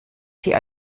sie